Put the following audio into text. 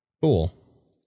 Cool